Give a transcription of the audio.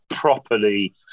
properly